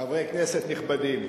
חברי כנסת נכבדים,